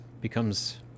becomes